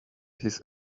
his